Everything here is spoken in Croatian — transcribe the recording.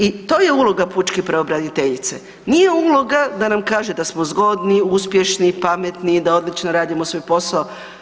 I to je uloga pučke pravobraniteljice, nije uloga da nam kaže da smo zgodni, uspješni, pametni, da odlično radimo svoj posao.